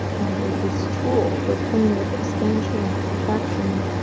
and that this tool for playing with expansion and contraction,